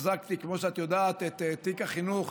וכמו שאת יודעת תמיד החזקתי את תיק החינוך